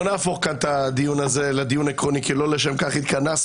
לא נהפוך כאן את הדיון הזה לדיון עקרוני כי לא לשם כך התכנסנו